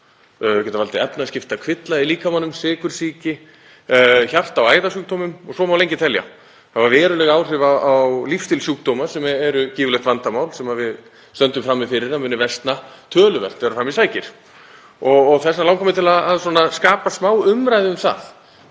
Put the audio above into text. Hann getur valdið efnaskiptakvilla í líkamanum, sykursýki, hjarta- og æðasjúkdómum og svo má lengi telja, haft veruleg áhrif á lífsstílssjúkdóma sem eru gífurlegt vandamál sem við stöndum frammi fyrir að muni versna töluvert þegar fram í sækir. Þess vegna langar mig til að skapa smá umræðu um það.